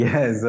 Yes